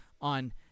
on